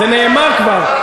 זה נאמר כבר.